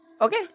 Okay